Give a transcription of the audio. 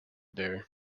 there